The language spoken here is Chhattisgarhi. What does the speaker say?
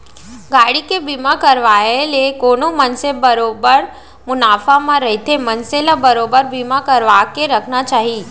गाड़ी के बीमा करवाय ले कोनो मनसे बरोबर मुनाफा म रहिथे मनसे ल बरोबर बीमा करवाके रखना चाही